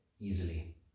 easily